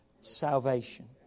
Salvation